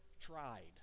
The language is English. tried